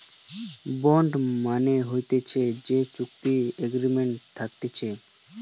bond মানে হতিছে যে চুক্তি এগ্রিমেন্ট থাকতিছে